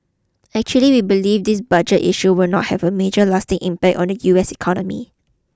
actually we believe this budget issue will not have a major lasting impact on the US economy